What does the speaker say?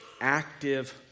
active